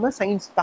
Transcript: science